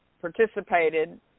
participated